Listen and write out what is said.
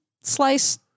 slice